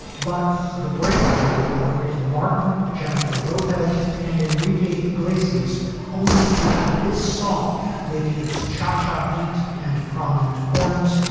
but the breakthrough of ricky martin, jennifer lopez and enrique iglesias only gave this song with its cha cha beat and prominent horns.